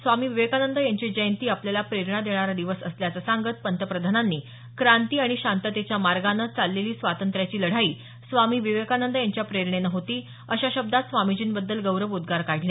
स्वामी विवेकानंद यांची जयंती आपल्याला प्रेरणा देणारा दिवस असल्याचं सांगत पंतप्रधानांनी क्रांती आणि शांततेच्या मार्गानं चाललेली स्वातंत्र्याची लढाई स्वामी विवेकानंद यांच्या प्रेरणेनं होती अशा शब्दात स्वामीजींबद्दल गौतवोद्गार काढले